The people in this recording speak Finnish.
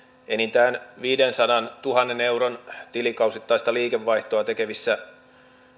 enintään viidensadantuhannen euron tilikausittaista liikevaihtoa tekevissä